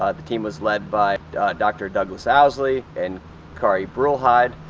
ah the team was led by dr. douglas owsley and kari bruwelheide,